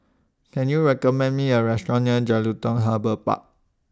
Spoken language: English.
Can YOU recommend Me A Restaurant near Jelutung Harbour Park